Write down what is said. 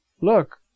Look